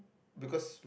because